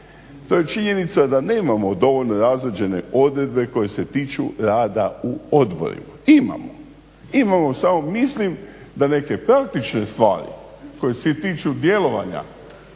To je činjenica da nemamo dovoljno razrađene odredbe koje se tiču rada u odborima. Imamo, samo mislim da neke praktične stvari koje se tiču djelovanja